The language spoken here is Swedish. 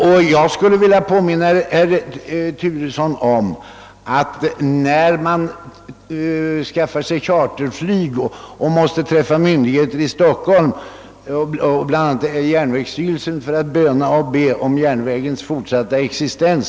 Herr Turesson anförde exempel på att man anlitat charterflyg när man skulle resa till Stockholm och uppvakta myndigheter, bl.a. järnvägsstyrelsen, för att böna om järnvägens fortsatta existens.